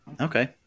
Okay